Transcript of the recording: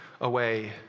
away